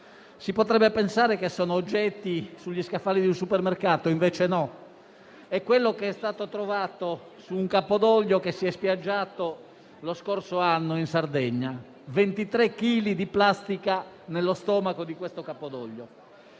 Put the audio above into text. Si potrebbe pensare che sono oggetti sugli scaffali di un supermercato. E invece no: è quello che è stato trovato all'interno di un capodoglio che si è spiaggiato lo scorso anno in Sardegna: 23 chili di plastica nello stomaco di quell'animale.